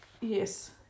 Yes